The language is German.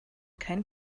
kein